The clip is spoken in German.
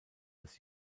das